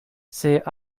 ses